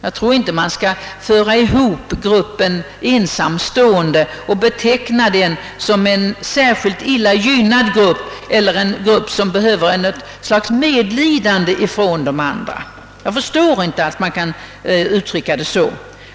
Jag tror inte man skall se gruppen ensamstående som en särskilt illa gynnad grupp eller som en grupp som behöver medlidande från andra. Jag förstår inte att man kan uttrycka det så.